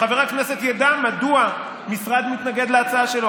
שקופה, שחבר הכנסת ידע מדוע משרד מתנגד להצעה שלו.